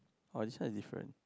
oh this one is difference